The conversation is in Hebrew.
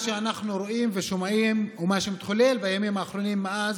מה שאנחנו רואים ושומעים ומה שמתחולל בימים האחרונים מאז,